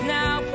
now